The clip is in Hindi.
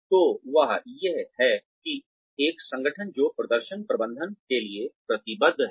तो वह यह है कि एक संगठन जो प्रदर्शन प्रबंधन के लिए प्रतिबद्ध है